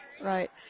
Right